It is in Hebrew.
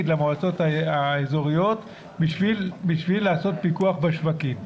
למועצות האזוריות כדי לעשות פיקוח בשווקים.